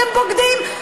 אתם בוגדים,